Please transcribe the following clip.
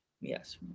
Yes